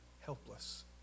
helpless